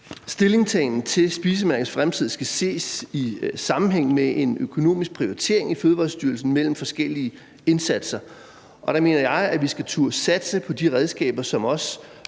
Stillingtagen til spisemærkets fremtid skal ses i sammenhæng med en økonomisk prioritering i Fødevarestyrelsen mellem forskellige indsatser, og der mener jeg, at vi skal turde satse på de redskaber, som også